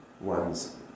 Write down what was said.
one's